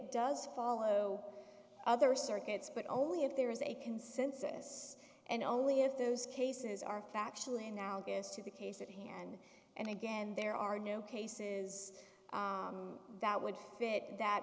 does follow other circuits but only if there is a consensus and only if those cases are factually analogous to the case at hand and again there are no cases that would fit that